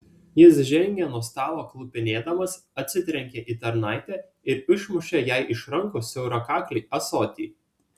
jis žengė nuo stalo klupinėdamas atsitrenkė į tarnaitę ir išmušė jai iš rankų siaurakaklį ąsotį